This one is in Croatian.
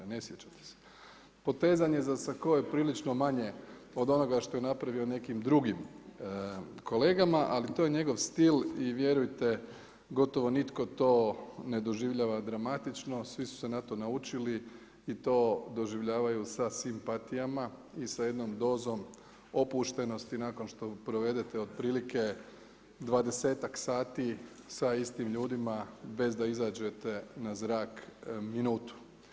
Ne sjećate se, potezanje za sako je prilično manje od onoga što je napravio nekim drugim kolegama, ali to je njegov stil i vjerujte gotovo nitko to ne doživljava dramatično, svi su se na to naučili i to doživljavaju sa simpatijama i sa jednom dozom opuštenosti nakon što provedete otprilike 20-ak sati sa istim ljudima bez da izađete na zrak minutu.